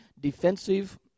Defensive